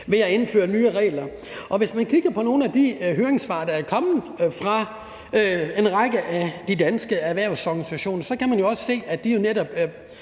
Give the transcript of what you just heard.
ved at indføre nye regler. Og hvis man kigger på nogle af de høringssvar, der er kommet fra en række af de danske erhvervsorganisationer, så kan man også se, at de jo netop